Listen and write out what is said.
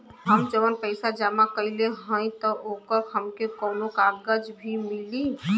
हम जवन पैसा जमा कइले हई त ओकर हमके कौनो कागज भी मिली?